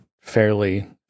fairly